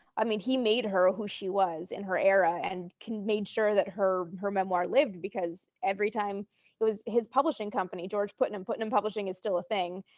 i mean he made her who she was in her era and made sure that her her memoir lived because every time it was his publishing company, george putnam. putnam publishing is still a thing.